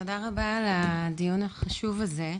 תודה רבה על הדיון החשוב הזה,